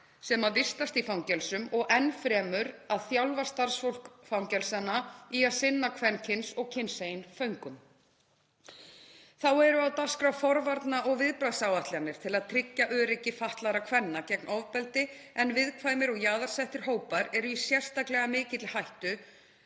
sem vistast í fangelsum og enn fremur að þjálfa starfsfólk fangelsanna í að sinna kvenkyns og kynsegin föngum. Þá eru á dagskrá forvarna- og viðbragðsáætlanir til að tryggja öryggi fatlaðra kvenna gegn ofbeldi en viðkvæmir og jaðarsettir hópar eru í sérstaklega mikilli hættu